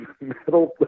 metal